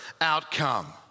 outcome